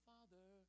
Father